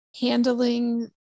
handling